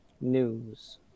News